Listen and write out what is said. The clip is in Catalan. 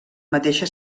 mateixa